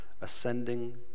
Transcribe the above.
ascending